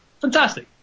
fantastic